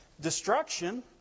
Destruction